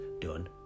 done